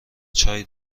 چایی